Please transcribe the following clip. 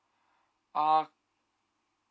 uh